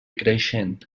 creixent